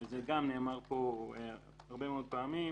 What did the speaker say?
זה גם נאמר פה הרבה מאוד פעמים,